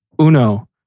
Uno